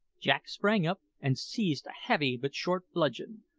jack sprang up and seized a heavy but short bludgeon,